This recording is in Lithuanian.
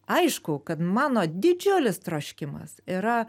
aišku kad mano didžiulis troškimas yra